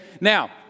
Now